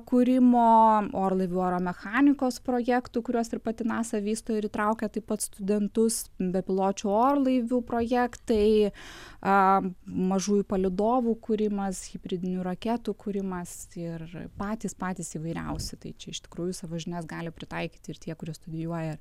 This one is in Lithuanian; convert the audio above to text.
kūrimo orlaivių oro mechanikos projektų kuriuos ir pati nasa vysto ir įtraukia taip pat studentus bepiločių orlaivių projektai a mažųjų palydovų kūrimas hibridinių raketų kūrimas ir patys patys įvairiausi tai čia iš tikrųjų savo žinias gali pritaikyti ir tie kurie studijuoja